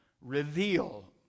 Reveal